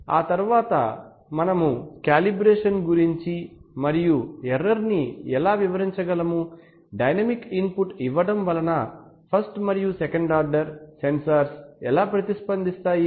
ఆ తరువాత మనము కాలిబ్రేషన్ గురించి మరియు ఎర్రర్ ని ఎలా వివరించగలము డైనమిక్ ఇన్ పుట్ ఇవ్వడం వలన ఫస్ట్ మరియు సెకండ్ ఆర్డర్ సెన్సార్ సెన్సార్స్ ఎలా ప్రతి స్పందిస్తాయి